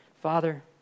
Father